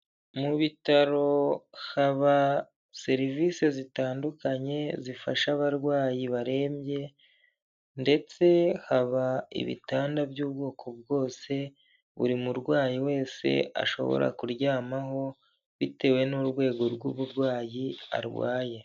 Mu bitaro haba serivise zitandukanye zifasha abarwayi barembye ndetse haba ibitanda by'ubwoko bwose buri murwayi wese ashobora kuryamaho bitewe n'urwego rw'uburwayi arwaye.